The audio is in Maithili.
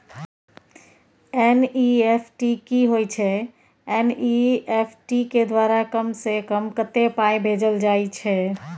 एन.ई.एफ.टी की होय छै एन.ई.एफ.टी के द्वारा कम से कम कत्ते पाई भेजल जाय छै?